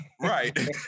Right